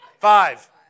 Five